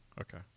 Okay